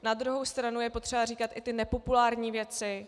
Na druhou stranu je potřeba říkat i ty nepopulární věci.